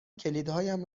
کلیدهایم